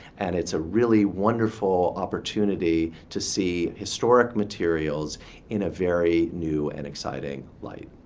and it's a really wonderful opportunity to see historic materials in a very new and exciting light.